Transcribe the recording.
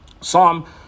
Psalm